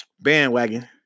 bandwagon